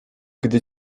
gdy